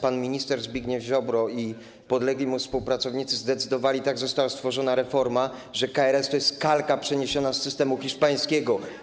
Pan minister Zbigniew Ziobro i podlegli mu współpracownicy zdecydowali - tak została stworzona reforma - że KRS to jest kalka przeniesiona z systemu hiszpańskiego.